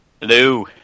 Hello